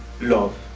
love